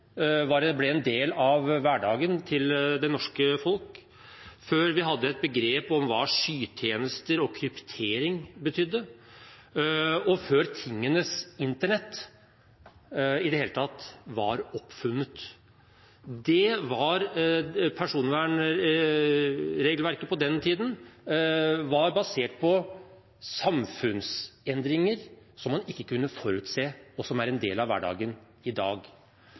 ble en del av hverdagen til det norske folk, før vi hadde et begrep om hva skytjenester og kryptering betydde, og før tingenes internett i det hele tatt var oppfunnet. Personvernregelverket på den tiden var basert på samfunnsendringer som man ikke kunne forutse, og som er en del av hverdagen i dag.